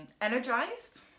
energized